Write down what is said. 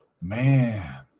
Man